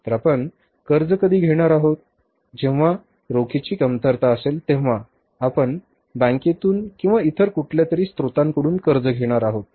तर आपण कर्ज कधी घेणार आहोत जेव्हा रोखीची कमतरता असेल तेव्हा आपण बँकेतून किंवा इतर कुठल्या तरी स्त्रोतांकडून कर्ज घेणार आहोत